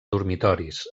dormitoris